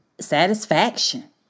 satisfaction